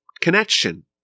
connection